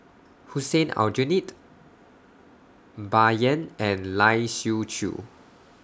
Hussein Aljunied Bai Yan and Lai Siu Chiu